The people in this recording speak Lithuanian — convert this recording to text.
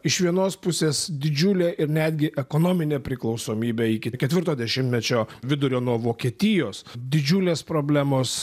iš vienos pusės didžiulė ir netgi ekonominė priklausomybė iki ketvirto dešimtmečio vidurio nuo vokietijos didžiulės problemos